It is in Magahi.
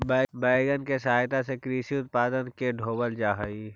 वैगन के सहायता से कृषि उत्पादन के ढोवल जा हई